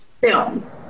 film